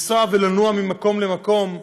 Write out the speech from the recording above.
לנסוע ולנוע ממקום למקום,